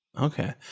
Okay